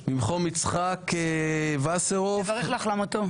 יצחק וסרלאוף.